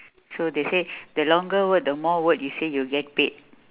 so they say the longer word the more word you say you'll get paid